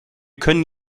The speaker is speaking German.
können